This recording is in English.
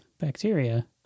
bacteria